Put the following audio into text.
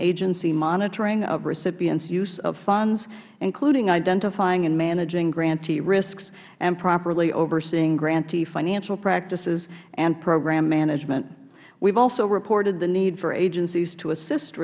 agency monitoring of recipients use of funds including identifying and managing grantee risks and properly overseeing grantee financial practices and program management we have also reported the need for agencies to assist